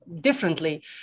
differently